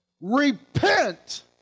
repent